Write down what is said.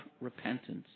repentance